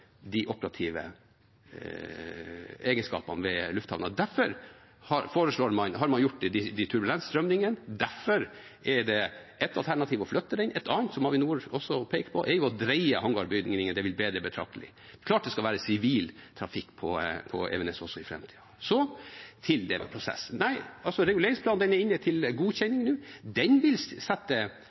de operative egenskapene ved lufthavna. Derfor har man gjort de turbulenssimuleringene, og derfor er det et alternativ å flytte den. Et annet alternativ som Avinor også har pekt på, er å dreie hangarbygningen. Det vil gi betraktelig bedring. Det er klart det skal være sivil trafikk på Evenes også i framtida. Så til det med prosessen: Reguleringsplanen er inne til godkjenning nå. Den vil sette